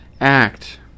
act